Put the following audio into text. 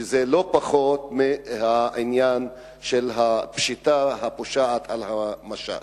וזה לא פחות מהעניין של הפשיטה הפושעת על המשט.